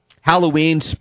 Halloween